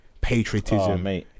patriotism